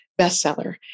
bestseller